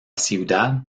ciudad